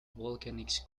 volcanics